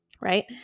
right